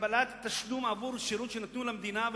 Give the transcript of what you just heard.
לקבלת תשלום עבור שירות שנתנו למדינה,